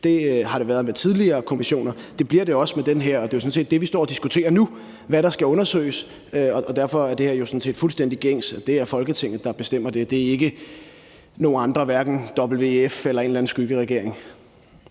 har det været med tidligere kommissioner; det bliver det også med den her. Det, vi sådan set står og diskuterer nu, er jo, hvad der skal undersøges, og derfor er det her sådan set fuldstændig gængs praksis, nemlig at det er Folketinget, der bestemmer det. Det ikke nogle andre, hverken WEF eller en eller anden skyggeregering.